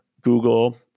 Google